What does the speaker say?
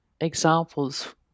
examples